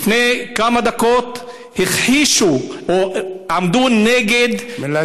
לפני כמה דקות הכחישו או עמדו נגד, מילת סיכום.